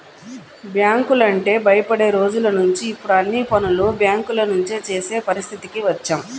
బ్యాంకులంటే భయపడే రోజులనుంచి ఇప్పుడు అన్ని పనులు బ్యేంకుల నుంచే చేసే పరిస్థితికి వచ్చాం